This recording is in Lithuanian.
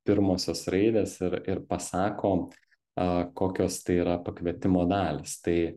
pirmosios raidės ir ir pasako a kokios tai yra pakvietimo dalys tai